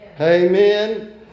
Amen